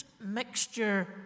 mixture